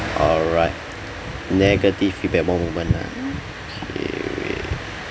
alright negative feedback one moment ah okay wait